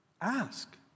ask